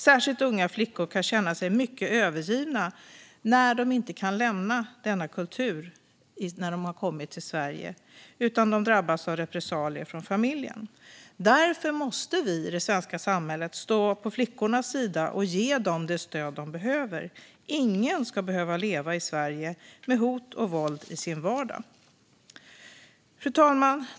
Särskilt unga flickor kan känna sig mycket övergivna när de inte kan lämna denna kultur när de kommit till Sverige, utan de drabbas av repressalier från familjen. Därför måste vi i det svenska samhället stå på flickornas sida och ge dem det stöd de behöver. Ingen ska behöva leva i Sverige med hot och våld i sin vardag. Fru talman!